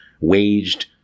waged